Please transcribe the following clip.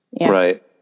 right